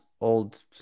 old